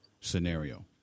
scenario